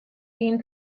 egin